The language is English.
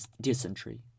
dysentery